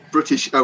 British